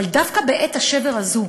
אבל דווקא בעת השבר הזאת,